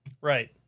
Right